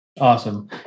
Awesome